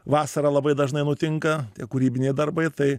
vasarą labai dažnai nutinka ir kūrybiniai darbai tai